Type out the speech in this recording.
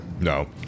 No